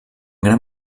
gran